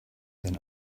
than